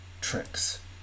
tricks